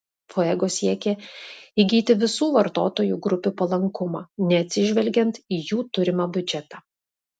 fuego siekė įgyti visų vartotojų grupių palankumą neatsižvelgiant į jų turimą biudžetą